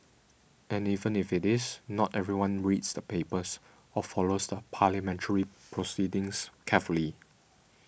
and even if it is not everyone reads the papers or follows the parliamentary proceedings carefully